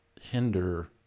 hinder